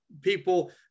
People